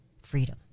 Freedom